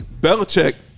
Belichick